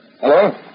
Hello